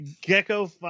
Gecko